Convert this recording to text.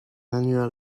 annual